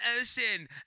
ocean